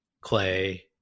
Clay